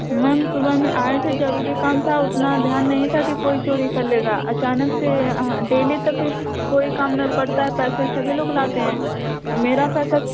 ma'am सुबह में आए थे जरूरी काम था उतना ध्यान नहीं था कि कोई चोरी कर लेगा अचानक से डेली तभी कोई काम पड़ता है पैसे सभी लोग लाते हैं मेरा पैसा